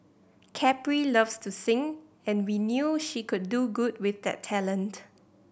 Capri loves to sing and we knew she could do good with that talent